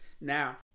Now